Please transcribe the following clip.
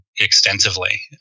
extensively